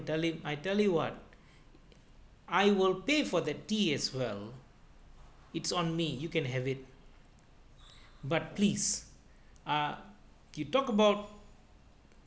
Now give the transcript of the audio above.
tell him I tell you what I will pay for the tea as well it's on me you can have it but please ah you talk about